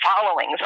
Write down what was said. followings